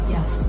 Yes